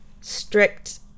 strict